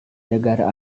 negara